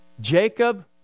Jacob